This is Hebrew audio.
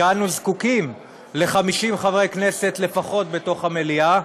שאנו זקוקים ל-50 חברי כנסת לפחות בתוך המליאה.